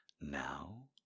Now